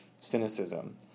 cynicism